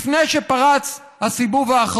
גם הוא ממלחמה לפני שפרץ הסיבוב האחרון,